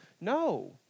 No